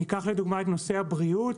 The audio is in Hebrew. ניקח לדוגמה את נושא הבריאות,